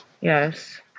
Yes